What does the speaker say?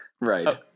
Right